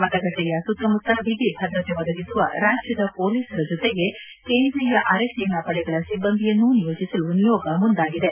ಮತಗಟ್ಟೆಯ ಸುತ್ತಮುತ್ತ ಬಿಗಿ ಭದ್ರತೆ ಒದಗಿಸುವ ರಾಜ್ಯದ ಪೊಲೀಸರ ಜೊತೆಗೆ ಕೇಂದ್ರಿಯ ಅರೆ ಸೇನಾಪಡೆಗಳ ಸಿಬ್ಬಂದಿಯನ್ನೂ ನಿಯೋಜಿಸಲು ನಿಯೋಗ ಮುಂದಾಗಿದೆ